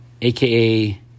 aka